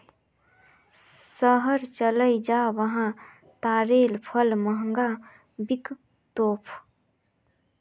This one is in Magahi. शहर चलइ जा वहा तारेर फल महंगा बिक तोक